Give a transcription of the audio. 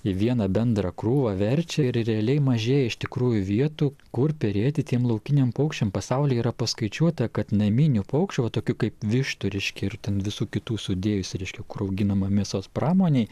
į vieną bendrą krūvą verčia ir realiai mažėja iš tikrųjų vietų kur perėti tiem laukiniam paukščiam pasauly yra paskaičiuota kad naminių paukščių va tokių kaip vištų reiškia ir ten visų kitų sudėjus reiškia kur auginama mėsos pramonei